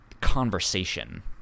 conversation